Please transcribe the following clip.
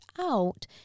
out